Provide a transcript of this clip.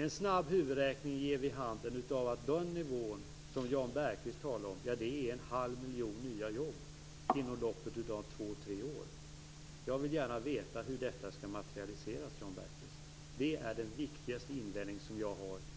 En snabb huvudräkning ger vid handen att den nivå som Jan Bergqvist talade om innebär en halv miljon nya jobb inom loppet av två-tre år. Jag vill gärna veta hur detta skall materialiseras, Jan Bergqvist. Det är min viktigaste invändning